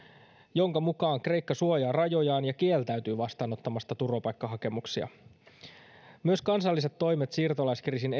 jonka mukaan kreikka suojaa rajojaan ja kieltäytyy vastaanottamasta turvapaikkahakemuksia myös kansalliset toimet siirtolaiskriisin